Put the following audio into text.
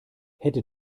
hätte